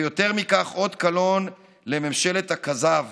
ויותר מכך, אות קלון לממשלת הכזב